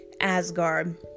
Asgard